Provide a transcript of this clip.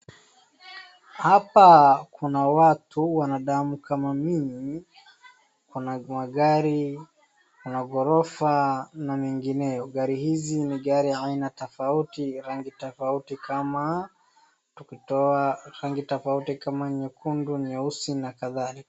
Hapa kuna watu, wanadamu kama mimi, kuna magari, kuna ghorofa na mengineo. Gari hizi ni gari aina tofauti, rangi tofauti kama tukitoa rangi tofauti kama nyekundu, nyeusi na kadhalika.